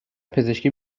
پزشکی